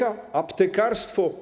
Aptekarstwo.